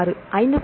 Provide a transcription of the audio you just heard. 6 5